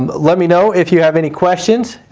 um let me know if you have any questions.